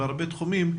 בהרבה תחומים,